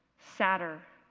sadder,